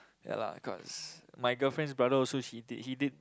ya lah cause my girlfriend's brother also he did he did